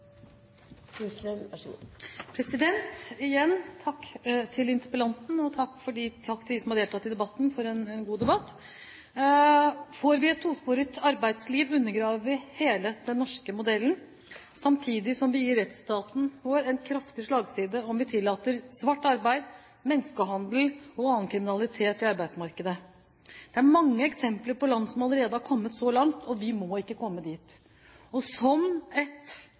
Igjen: Takk til interpellanten, og takk til dem som har deltatt i debatten, for en god debatt. Får vi et tosporet arbeidsliv, undergraver vi hele den norske modellen, samtidig som vi gir rettsstaten vår en kraftig slagside om vi tillater svart arbeid, menneskehandel og annen kriminalitet i arbeidsmarkedet. Det er mange eksempler på land som allerede har kommet så langt, og vi må ikke komme dit. Som et